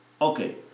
Okay